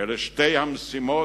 אלו שתי המשימות